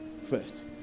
first